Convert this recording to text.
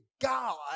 God